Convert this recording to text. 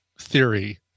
theory